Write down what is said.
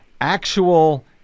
actual